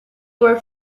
were